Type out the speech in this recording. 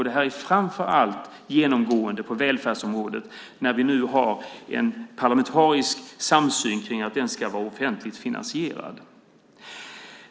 Det är framför allt genomgående på välfärdsområdet när vi nu har en parlamentarisk samsyn kring att den ska vara offentligt finansierad.